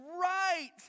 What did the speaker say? right